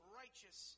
righteous